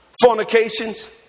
fornications